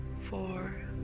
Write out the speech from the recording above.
four